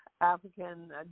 African